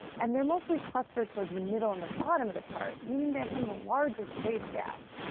and they're mostly clustered toward the the middle and the bottom of the chart, meaning they have some of the largest wage gaps.